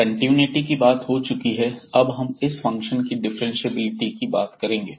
continuity की बात हो चुकी है अब हम इस फंक्शन के डिफ्रेंशिएबिलिटी की बात करेंगे